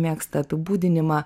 mėgsta apibūdinimą